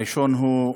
הראשון הוא הקצבאות,